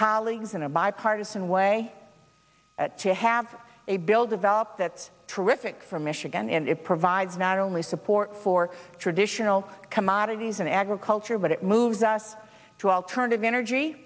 colleagues in a bipartisan way to have a bill develop that's terrific for michigan and it provides not only support for traditional commodities and agriculture but it moves us to alternative energy